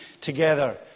together